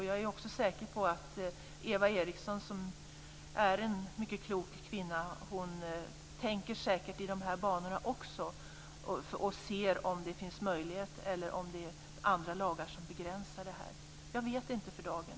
Jag är säker på att Eva Eriksson, som är en mycket klok kvinna, säkert också tänker i dessa banor och ser om detta är möjligt eller om det finns andra lagar som begränsar möjligheten. Jag vet inte för dagen.